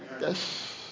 Yes